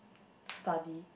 study